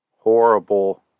Horrible